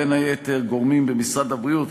בין היתר גורמים במשרד הבריאות,